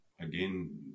again